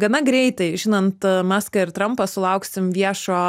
gana greitai žinant maską ir trampą sulauksim viešo